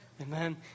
Amen